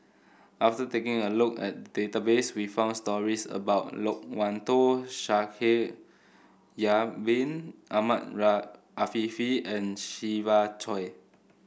after taking a look at the database we found stories about Loke Wan Tho Shaikh Yahya Bin Ahmed Afifi and Siva Choy